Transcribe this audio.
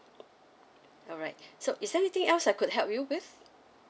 alright so is there anything else I could help you with